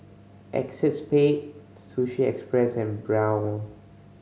Acexspade Sushi Express and Braun